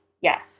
Yes